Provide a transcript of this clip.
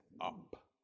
up